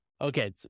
Okay